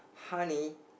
honey